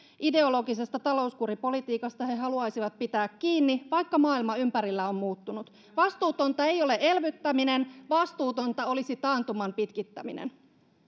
ideologisesta talouskuripolitiikasta he he haluaisivat pitää kiinni vaikka maailma ympärillä on muuttunut vastuutonta ei ole elvyttäminen vastuutonta olisi taantuman pitkittäminen